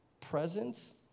presence